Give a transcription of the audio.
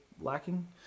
lacking